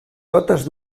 totes